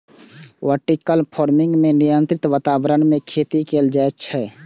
vertical farming मे नियंत्रित वातावरण मे खेती कैल जाइ छै